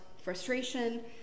frustration